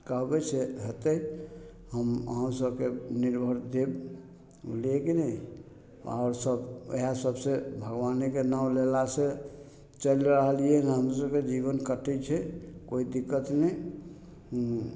कहबे से हेतय हम अहाँ सबके निर्भर देब बुझलियै की नहि आओर सब इएह सबसँ भगवानेके नाम लेला से चलि रहलिये हन हमरो सबके जीवन कटय छथि कोइ दिक्कत नहि